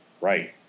Right